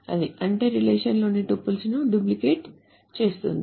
అది అంటే రిలేషన్ లోని తుపుల్స్ ను డూప్లికేట్ చేస్తుంది